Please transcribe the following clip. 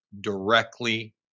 directly